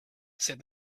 said